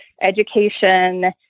education